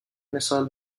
مثال